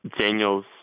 Daniels